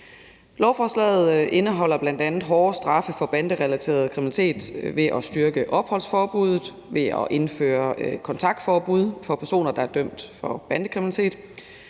Lovforslaget indeholder bl.a. hårde straffe for banderelateret kriminalitet ved at styrke opholdsforbuddet og ved at indføre kontaktforbud for personer, der er dømt for bandekriminalitet.